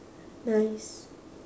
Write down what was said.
nice